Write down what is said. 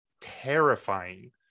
terrifying